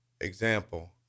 Example